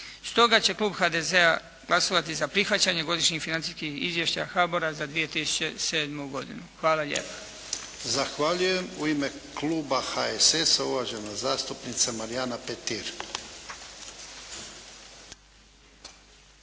Stoga će Klub HDZ-a glasovati za prihvaćanje godišnjih financijskih izvješća HABOR-a za 2007. godinu. Hvala lijepa. **Jarnjak, Ivan (HDZ)** Zahvaljujem. U ime Kluba HSS-a uvažena zastupnica Marijana Petir.